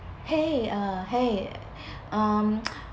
!hey! uh !hey! um